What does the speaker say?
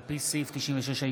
על פי סעיף 96ה(2),